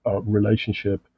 relationship